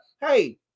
hey